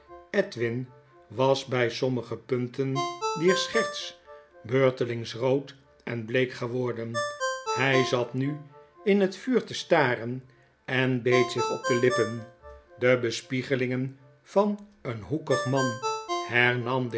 edwin was by sommige punten dierscherts beurtelings rood en bleek geworden hy zat nu in het vuur te staren en beet zich op de lippen de bespiegelingen van een hoekig man